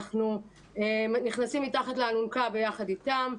אנחנו נכנסים מתחת לאלונקה יחד איתם.